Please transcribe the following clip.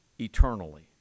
eternally